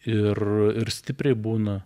ir ir stipriai būna